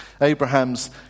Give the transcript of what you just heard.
Abraham's